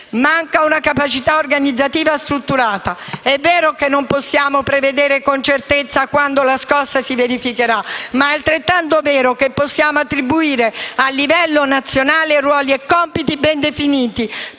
Manca una capacità organizzativa strutturata. È vero che non possiamo prevedere con certezza quando la scossa si verificherà, ma è altrettanto vero che possiamo attribuire a livello nazionale ruoli e compiti ben definiti